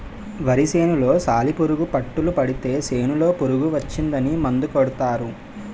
వరి సేనులో సాలిపురుగు పట్టులు పడితే సేనులో పురుగు వచ్చిందని మందు కొడతారు